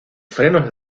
frenos